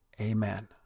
Amen